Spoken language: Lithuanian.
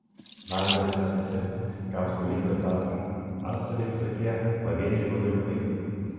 man grasina visi kam skolingas babkių antstoliai visokie pavieniai žmogeliukai